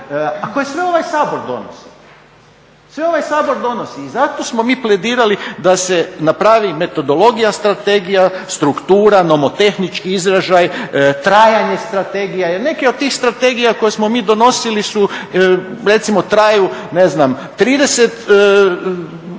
koje sve ovaj Sabor donosi. Sve ovaj Sabor donosi. I zato smo mi pledirali da se napravi metodologija strategija, struktura, nomotehnički izražaj, trajanje strategija. Jer neke od tih strategija koje smo mi donosili su recimo traju 30